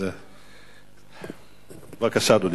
אז, בבקשה, אדוני.